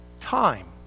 time